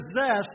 possess